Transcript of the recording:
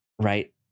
Right